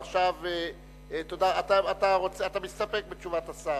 אתה מסתפק בתשובת השר?